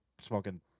smoking